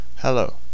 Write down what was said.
Hello